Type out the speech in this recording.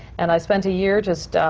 and i spent a year just,